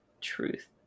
truth